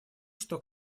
что